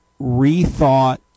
rethought